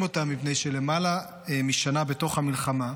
אותם מפני שלמעלה משנה בתוך המלחמה,